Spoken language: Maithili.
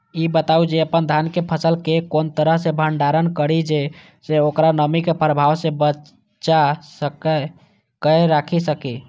ई बताऊ जे अपन धान के फसल केय कोन तरह सं भंडारण करि जेय सं ओकरा नमी के प्रभाव सं बचा कय राखि सकी?